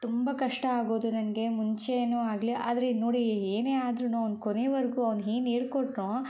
ತುಂಬ ಕಷ್ಟ ಆಗೋದು ನನಗೆ ಮುಂಚೆನೂ ಆಗಲೇ ಆದರೆ ನೋಡಿ ಈ ಏನೇ ಆದ್ರೂ ಅವನು ಕೊನೆವರೆಗೂ ಅವ್ನು ಏನ್ ಹೇಳ್ಕೊಟ್ನೋ